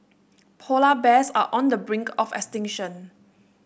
polar bears are on the brink of extinction